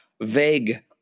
vague